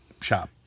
shop